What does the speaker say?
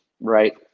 right